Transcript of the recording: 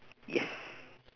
yes